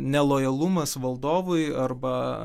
nelojalumas valdovui arba